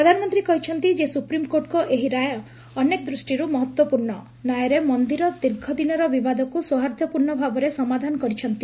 ପ୍ରଧାନମନ୍ତୀ କହିଛନ୍ତି ଯେ ସୁପ୍ରିମକୋର୍ଟଙ୍ ଏହି ରାୟ ଅନେକ ଦୂଷ୍ଟିରୁ ମହତ୍ୱପୂର୍ଶ୍ଣ ନ୍ୟାୟର ମନ୍ଦିର ଦୀର୍ଘଦିନର ବିବାଦକୁ ସୌହାର୍ଦ୍ଧ୍ୟପୂର୍ଶ୍ଣ ଭାବରେ ସମାଧାନ କରିଛନ୍ତି